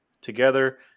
together